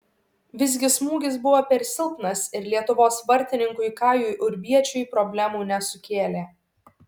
visgi smūgis buvo per silpnas ir lietuvos vartininkui kajui urbiečiui problemų nesukėlė